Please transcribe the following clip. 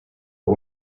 but